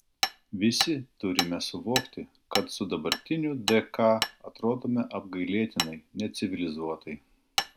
visi turime suvokti kad su dabartiniu dk atrodome apgailėtinai necivilizuotai